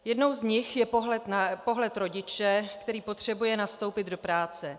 Jednou z nich je pohled rodiče, který potřebuje nastoupit do práce.